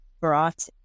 brought